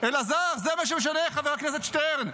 אלעזר, זה מה שמשנה, חבר הכנסת שטרן.